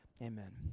Amen